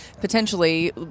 potentially –